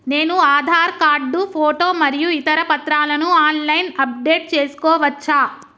నేను Aadhaar card photo మరియు ఇతర పత్రాలను ఆన్ లైన్ అప్ డెట్ చేసుకోవచ్చా?